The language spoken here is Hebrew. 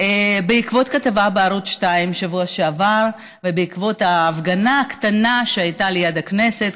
בעקבות כתבה בערוץ 2 בשבוע שעבר ובעקבות ההפגנה הקטנה שהייתה לי בכנסת,